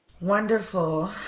wonderful